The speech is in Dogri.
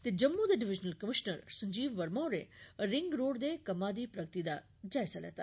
जम्मू दे डिविजनल कमीशनर संजीव वर्मा होरें रिंग रोड़ दे कम्मा दी प्रगति दा जायजा लैता